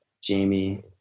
Jamie